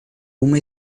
uma